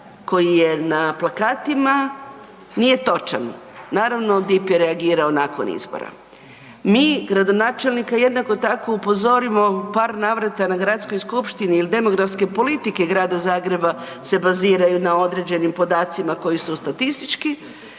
koji je na plakatima nije točan. Naravno, DIP je reagirao nakon izbora. Mi gradonačelnika jednako tako upozorimo u par navrata na gradskoj skupštini jel demografske politike Grada Zagreba se baziraju na određenim podacima koji su statistički